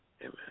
Amen